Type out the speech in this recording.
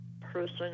person